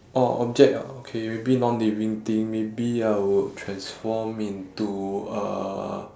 orh object ah okay maybe non living thing maybe I would transform into a